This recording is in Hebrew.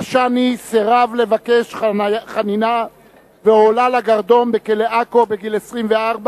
קשאני סירב לבקש חנינה והועלה לגרדום בכלא עכו בגיל 24,